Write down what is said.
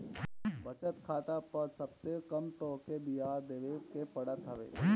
बचत खाता पअ सबसे कम तोहके बियाज देवे के पड़त हवे